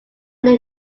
knew